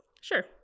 Sure